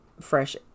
fresh